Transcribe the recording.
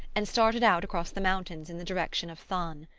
and started out across the mountains in the direction of thann.